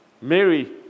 Mary